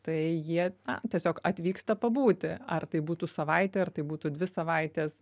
tai jie na tiesiog atvyksta pabūti ar tai būtų savaitė ar tai būtų dvi savaitės